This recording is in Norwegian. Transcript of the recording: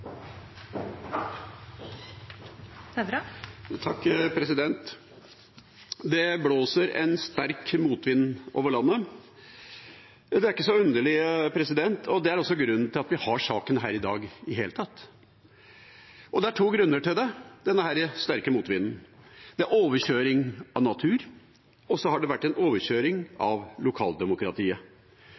ikke så underlig. Det er også grunnen til at vi i det hele tatt har saken her i dag. Og det er to grunner til denne sterke motvinden: Det er overkjøring av natur, og så har det vært en overkjøring av lokaldemokratiet.